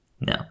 no